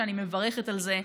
אני מברכת על זה,